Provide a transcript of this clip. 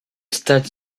stade